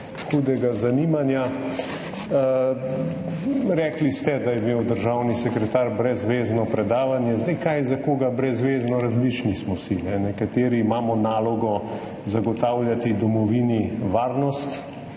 hudega zanimanja. Rekli ste, da je imel državni sekretar brezvezno predavanje. Zdaj, kaj za koga brezvezno, različni smo si. Nekateri imamo nalogo zagotavljati domovini varnost,